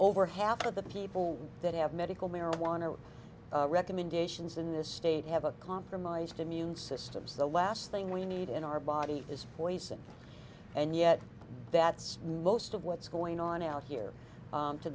over half of the people that have medical marijuana recommendations in this state have a compromised immune systems the last thing we need in our body is poison and yet that's most of what's going on out here